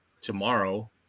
tomorrow